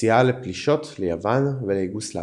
יציאה לפלישות ליוון ויוגוסלביה.